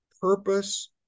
purpose